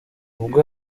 ubwo